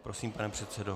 Prosím, pane předsedo.